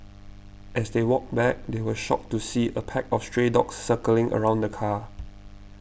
as they walked back they were shocked to see a pack of stray dogs circling around the car